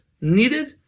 needed